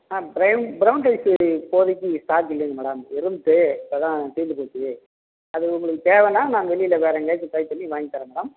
ஆ prime brown rice இப்போதிக்கு stock இல்லைங்க madam இருந்துச்சு இப்ப தான் தீர்ந்து போச்சு அது உங்களுக்கு தேவைன்னா நான் வெளியில வேறு எங்கேயாச்சும் ட்ரை பண்ணி வாங்கி தரேன் மேடம்